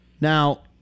Now